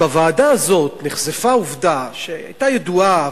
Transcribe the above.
בוועדה הזאת נחשפה עובדה שהיתה ידועה,